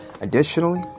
Additionally